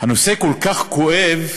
הנושא כל כך כואב,